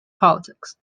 politics